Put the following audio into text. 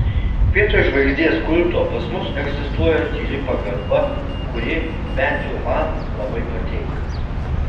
vietoj žvaigždės kulto pas mus egzistuoja tyli pagarba kuri bent jau man labai patinka